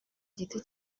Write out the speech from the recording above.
igiti